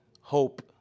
hope